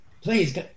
Please